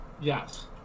Yes